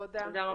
תודה.